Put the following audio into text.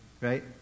right